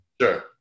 Sure